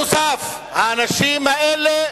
נוסף על כך, האנשים האלה,